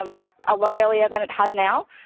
um like, a lot earlier than it has now.